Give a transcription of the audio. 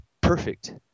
perfect